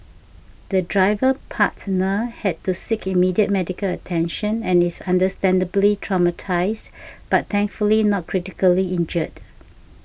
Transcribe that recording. the driver partner had to seek immediate medical attention and is understandably traumatised but thankfully not critically injured